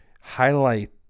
highlight